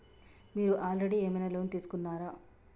మీరు ఆల్రెడీ ఏమైనా లోన్ తీసుకున్నారా?